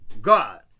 God